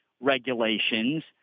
regulations